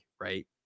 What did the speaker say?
right